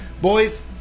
Boys